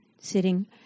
sitting